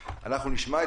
אני לא מגביל אותם.